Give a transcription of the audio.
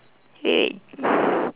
wait wait